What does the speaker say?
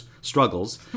struggles